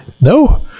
No